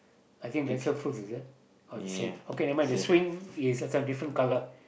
I think they sell fruits is it oh the same okay never mind the swing is this one different colour